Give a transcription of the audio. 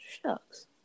shucks